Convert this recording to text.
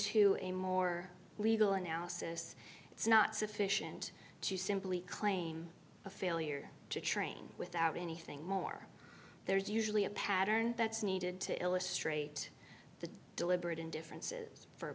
to a more legal analysis it's not sufficient to simply claim a failure to train without anything more there's usually a pattern that's needed to illustrate the deliberate indifference is for